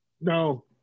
no